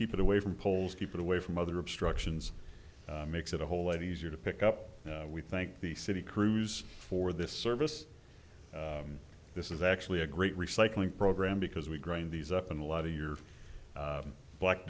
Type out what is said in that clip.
keep it away from poles keep it away from other obstructions makes it a whole lot easier to pick up we thank the city crews for this service this is actually a great recycling program because we grind these up and a lot of your black